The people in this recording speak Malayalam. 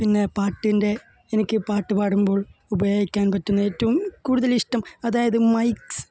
പിന്നെ പാട്ടിന്റെ എനിക്ക് പാട്ട് പാടുമ്പോള് ഉപയോഗിക്കാന് പറ്റുന്ന ഏറ്റവും കൂടുതലിഷ്ടം അതായത് മൈക്ക്സ്